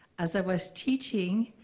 as i was teaching,